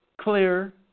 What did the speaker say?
clear